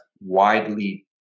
widely